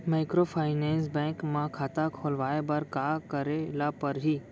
Microfinance bank म खाता खोलवाय बर का करे ल परही?